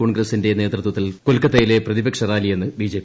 കോൺഗ്രസിന്റെടു നേതൃത്വത്തിൽ കൊൽക്കത്തയിലെ പ്രതിപക്ഷ റാലിയ്യ്ന്ന് ബിജെപി